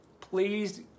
please